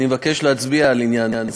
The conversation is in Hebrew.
אני מבקש להצביע על עניין זה.